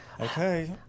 Okay